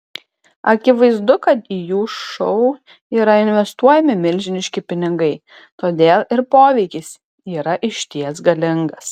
akivaizdu kad į jų šou yra investuojami milžiniški pinigai todėl ir poveikis yra išties galingas